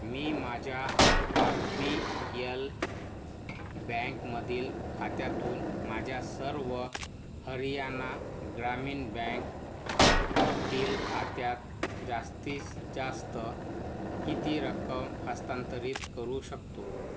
मी माझ्या R B L बँकमधील खात्यातून माझ्या सर्व हरियाणा ग्रामीण बँकतील खात्यात जास्तीत जास्त किती रक्कम हस्तांतरित करू शकतो